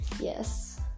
Yes